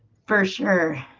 for sure